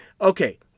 Okay